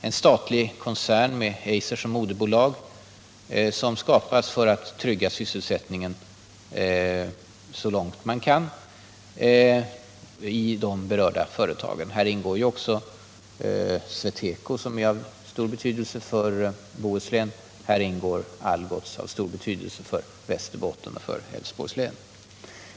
En statlig koncern med Eiser som moderbolag har skapats för att så långt det är möjligt trygga sysselsättningen i de berörda företagen — här ingår också SweTeco som är av stor betydelse för Bohuslän. Och här ingår Nya Algots som är av stor betydelse för Västerbottens och Älvsborgs län.